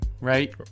right